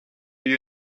you